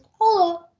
hello